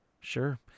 Sure